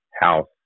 house